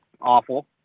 awful